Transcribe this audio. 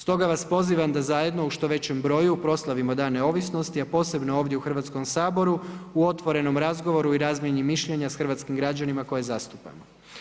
Stoga vas pozivam da zajedno u što većem broju proslavimo Dan neovisnosti a posebno ovdje u Hrvatskom saboru u otvorenom razgovoru i razmjeni mišljenja s hrvatskim građanima koje zastupamo.